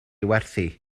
werthu